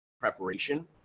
preparation